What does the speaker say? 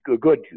Good